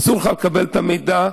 אסור לך לקבל את המידע,